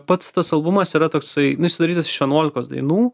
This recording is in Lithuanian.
pats tas albumas yra toksai nu jis sudarytas iš vienuolikos dainų